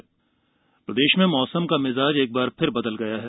मौसम प्रदेश में मौसम का मिजाज एक बार फिर बदल गया है